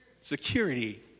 security